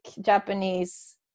Japanese